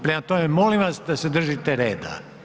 Prema tome, molim vas da se držite reda.